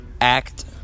act